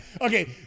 Okay